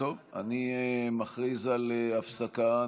מכריז על הפסקה.